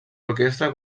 orquestra